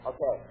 Okay